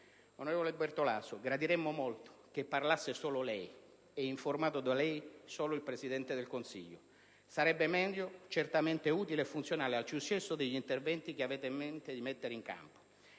Onorevole Bertolaso, gradiremmo molto che parlasse solo lei e, informato da lei, solo il Presidente del Consiglio. Sarebbe meglio, certamente utile e funzionale al successo degli interventi che avete in mente di mettere in campo.